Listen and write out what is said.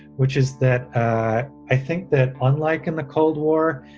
which is that i i think that unlike in the cold war,